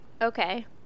Okay